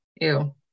Ew